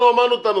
אמרנו את הנושא,